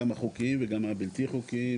גם החוקיים וגם הלא חוקיים,